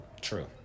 True